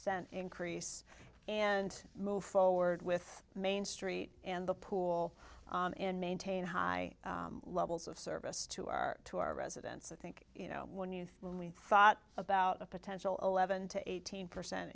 cent increase and move forward with main street and the pool and maintain high levels of service to our to our residents of think you know when you really thought about a potential eleven to eighteen percent